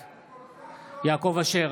בעד יעקב אשר,